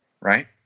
Right